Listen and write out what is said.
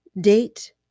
date